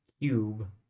cube